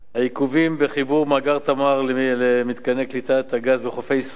העיכובים בחיבור מאגר "תמר" למתקני קליטת הגז בחופי ישראל.